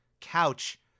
couch